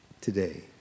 today